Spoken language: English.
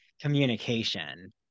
communication